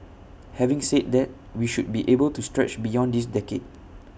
having said that we should be able to stretch beyond this decade